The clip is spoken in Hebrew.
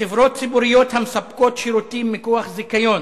בחברות ציבוריות המספקות שירותים מכוח זיכיון,